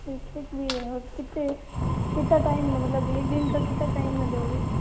cricket भी है और कितने कितना टाइम मतलब एक दिन का कितना टाइम में दोगे